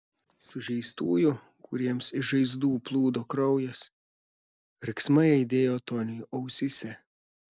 sužeistųjų kuriems iš žaizdų plūdo kraujas riksmai aidėjo toniui ausyse